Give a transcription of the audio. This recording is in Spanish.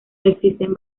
existen